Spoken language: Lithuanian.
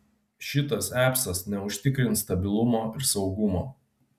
šitas apsas neužtikrins stabilumo ir saugumo